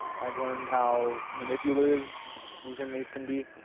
i've learned how manipulative these inmates can be,